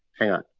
hang on.